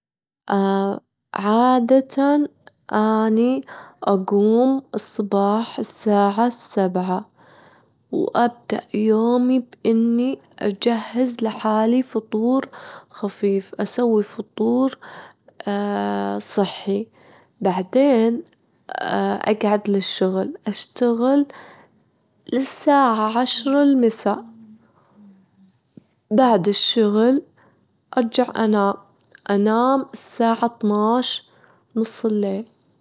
عادةً أني أجوم الصبح الساعة سبعة، وأبدأ يومي بإني أجهز لحالي فطور خفيف، أسوي فطور صحي، بعدين أجعد للشغل أشتغل للساعة عشرة المسا، بعد الشغل أرجع أنام، أنام الساعة اتناش نص الليل.